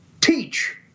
teach